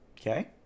Okay